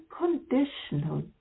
unconditional